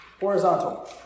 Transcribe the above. horizontal